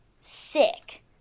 sick